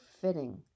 fitting